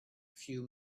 few